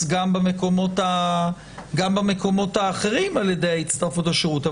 גם במקומות האחרים על ידי ההצטרפות לשירות.